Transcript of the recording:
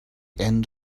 end